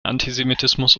antisemitismus